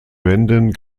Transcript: wenden